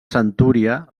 centúria